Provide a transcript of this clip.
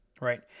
Right